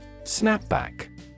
Snapback